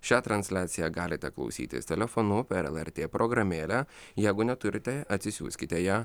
šią transliaciją galite klausytis telefonu per lrt programėlę jeigu neturite atsisiųskite ją